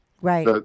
Right